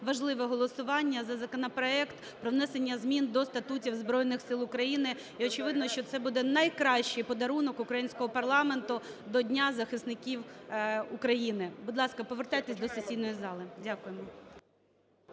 важливе голосування за законопроект про внесення змін до статутів Збройних Сил України. І, очевидно, що це буде найкращий подарунок українського парламенту до Дня захисників України. Будь ласка, повертайтесь до сесійної зали. Дякуємо.